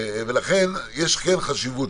ולכן יש חשיבות.